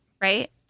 Right